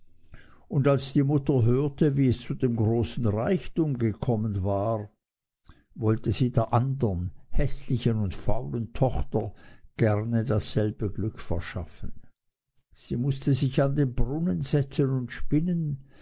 und als die mutter hörte wie es zu dem großen reichtum gekommen war wollte sie der andern häßlichen und faulen tochter gerne dasselbe glück verschaffen sie mußte sich an den brunnen setzen und spinnen